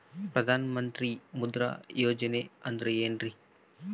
ಪ್ರಧಾನ ಮಂತ್ರಿ ಮುದ್ರಾ ಯೋಜನೆ ಅಂದ್ರೆ ಏನ್ರಿ?